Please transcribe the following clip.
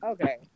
Okay